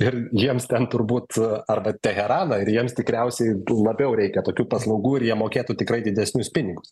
ir jiems ten turbūt arba teheraną ir jiems tikriausiai tų labiau reikia tokių paslaugų ir jie mokėtų tikrai didesnius pinigus